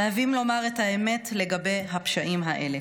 חייבים לומר את האמת לגבי הפשעים האלה",